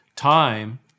time